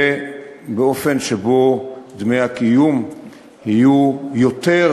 באופן שבו דמי הקיום יהיו גבוהים יותר